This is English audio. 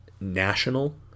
national